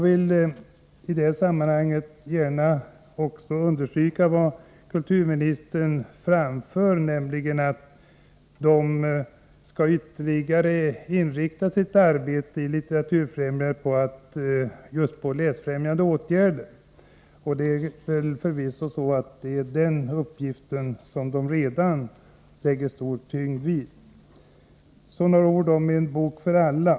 Vidare vill jag gärna understryka vad kulturministern anför, nämligen att Litteraturfrämjandet skall ytterligare inrikta sitt arbete just på läsfrämjande åtgärder. Det är förvisso så, att det är denna uppgift som främjandet redan nu lägger stor vikt vid. Så några ord om En bok för alla.